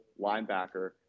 linebacker